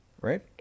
right